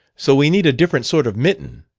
so we need a different sort of mitten